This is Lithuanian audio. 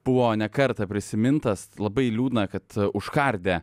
buvo ne kartą prisimintas labai liūdna kad užkardė